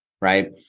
Right